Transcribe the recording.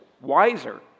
wiser